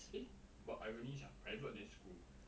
eh but irony sia private then school